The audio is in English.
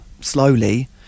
slowly